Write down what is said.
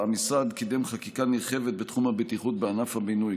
המשרד קידם חקיקה נרחבת בתחום הבטיחות בענף הבינוי,